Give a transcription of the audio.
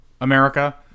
america